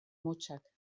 motzak